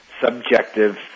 subjective